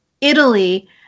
Italy